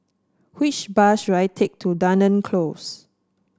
which bus should I take to Dunearn Close